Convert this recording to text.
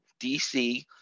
DC